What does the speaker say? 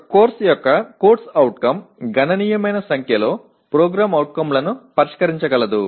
ఒక కోర్సు యొక్క CO గణనీయమైన సంఖ్యలో PO లను పరిష్కరించగలదు